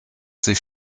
sich